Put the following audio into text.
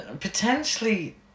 Potentially